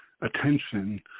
attention